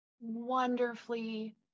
wonderfully